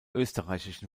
österreichischen